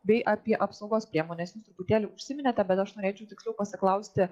bei apie apsaugos priemones truputėlį užsiminėte bet aš norėčiau tiksliau pasiklausti